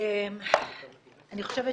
חושבת